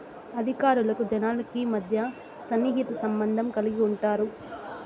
అధికారులకు జనాలకి మధ్య సన్నిహిత సంబంధం కలిగి ఉంటారు